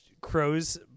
Crows